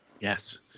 Yes